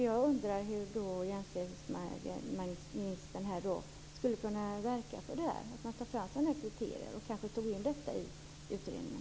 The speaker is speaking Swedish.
Jag undrar hur jämställdhetsministern skulle kunna verka för att ta fram sådana kriterier och kanske ta med detta i utredningen.